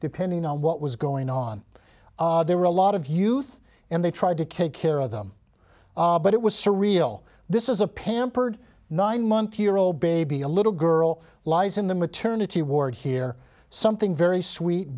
depending on what was going on there were a lot of youth and they tried to keep care of them but it was surreal this is a pampered nine month year old baby a little girl lies in the maternity ward here something very sweet